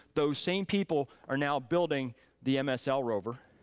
those same people are now building the msl rover.